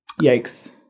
Yikes